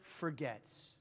forgets